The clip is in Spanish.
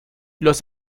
los